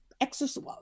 exercise